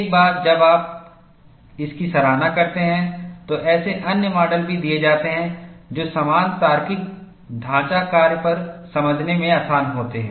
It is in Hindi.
एक बार जब आप इसकी सराहना करते हैं तो ऐसे अन्य मॉडल भी दिए जाते हैं जो समान तार्किक ढांचा कार्य पर समझने में आसान होते हैं